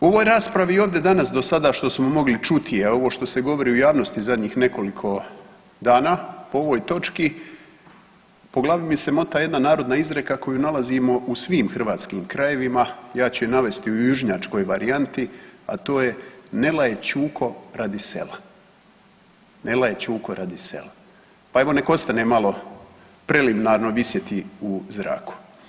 U ovoj raspravi i ovdje danas do sada što smo mogli čuti, a ovo što se govori u javnosti u zadnjih nekoliko dana po ovoj točki po glavi mi se mota jedna narodna izreka koju nalazimo u svim hrvatskim krajevima, a ja ću je navesti u južnjačkoj varijanti, a to je „ne laje čuko radi sela“, „ne laje čuko radi sela“, pa evo neka ostane malo preliminarno visjeti u zraku.